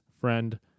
friend